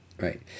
right